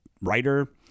writer